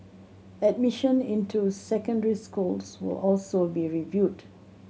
admission into secondary schools will also be reviewed